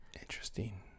Interesting